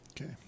okay